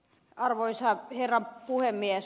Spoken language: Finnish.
arvoisa herra puhemies